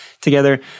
together